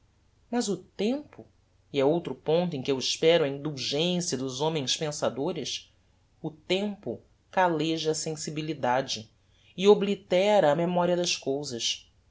mas o tempo e é outro ponto em que eu espero a indulgencia dos homens pensadores o tempo calleja a sensibilidade e oblitera a memoria das cousas